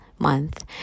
month